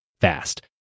fast